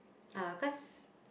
uh cause